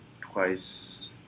twice